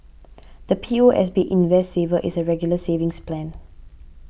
the P O S B Invest Saver is a Regular Savings Plan